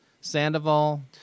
Sandoval